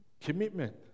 Commitment